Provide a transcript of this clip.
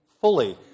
fully